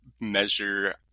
measure